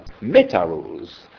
meta-rules